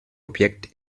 objekt